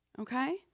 Okay